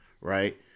right